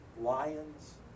lions